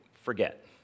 forget